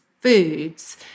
foods